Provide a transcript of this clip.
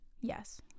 yes